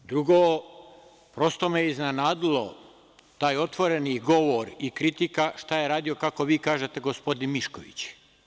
Drugo, prosto me iznenadilo, taj otvoreni govor i kritika šta je radio, kako vi kažete, gospodin Mišković.